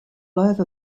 over